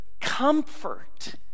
comfort